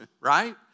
right